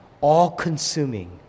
all-consuming